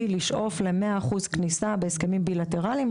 לשאוף ל-100% כניסה בהסכמים בילטרליים,